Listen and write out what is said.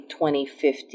2050